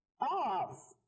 off